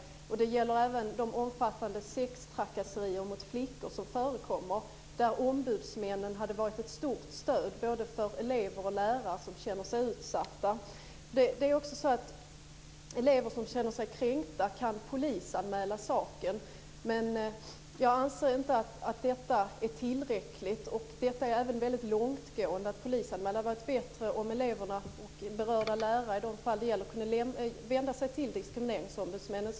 Det gäller även de omfattande sextrakasserier mot flickor som förekommer. Ombudsmännen hade där varit ett stort stöd både för elever och lärare som känner sig utsatta. Elever som känner sig kränkta kan polisanmäla saken. Men jag anser inte att det är tillräckligt. Det är även väldigt långtgående att polisanmäla. Det hade varit bättre om eleverna och berörda lärare i de fall det gäller kunde vända sig till diskrimineringsombudsmännen.